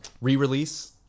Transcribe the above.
re-release